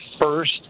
First